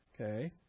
Okay